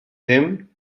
him